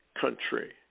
country